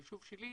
היישוב שלי,